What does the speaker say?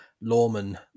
lawman